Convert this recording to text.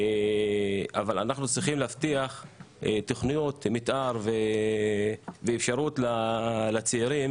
אבל אנחנו צריכים להבטיח תוכניות מתאר ואפשרות לצעירים